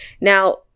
now